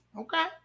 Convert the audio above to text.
okay